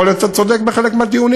יכול להיות שאתה גם צודק בחלק מהדיונים,